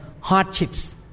hardships